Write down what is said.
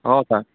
অঁ ছাৰ